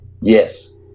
Yes